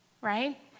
right